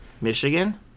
Michigan